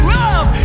love